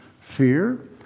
fear